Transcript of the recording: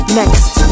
next